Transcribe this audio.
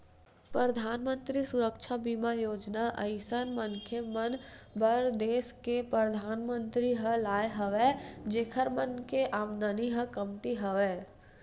परधानमंतरी सुरक्छा बीमा योजना अइसन मनखे मन बर देस के परधानमंतरी ह लाय हवय जेखर मन के आमदानी ह कमती हवय